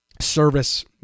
service